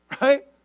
right